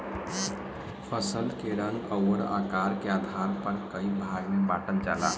फसल के रंग अउर आकार के आधार पर कई भाग में बांटल जाला